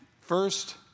first